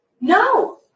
No